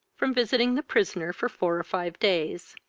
from visiting the prisoner for four or five days.